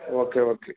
okay okay